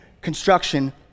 construction